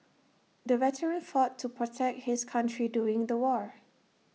the veteran fought to protect his country during the war